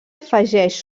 afegeix